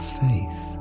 faith